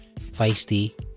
Feisty